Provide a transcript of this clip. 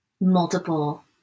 multiple